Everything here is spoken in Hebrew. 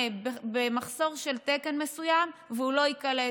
במחסור של תקן מסוים והוא לא ייקלט,